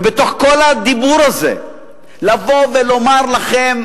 ובתוך כל הדיבור הזה לבוא ולומר לכם,